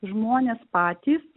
žmonės patys